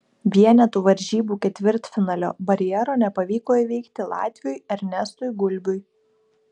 vienetų varžybų ketvirtfinalio barjero nepavyko įveikti latviui ernestui gulbiui